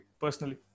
personally